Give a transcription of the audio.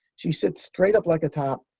she sits straight up like a top,